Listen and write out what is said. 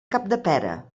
capdepera